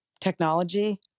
technology